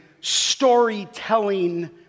storytelling